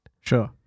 Sure